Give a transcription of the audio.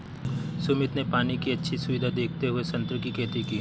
सुमित ने पानी की अच्छी सुविधा देखते हुए संतरे की खेती की